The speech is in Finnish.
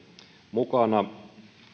mukana